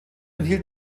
enthielt